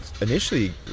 initially